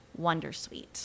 Wondersuite